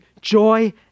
joy